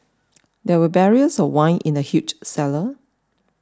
there were barrels of wine in the huge cellar